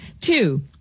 Two